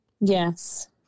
Yes